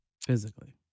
physically